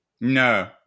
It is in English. no